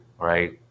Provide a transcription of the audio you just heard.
right